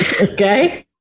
okay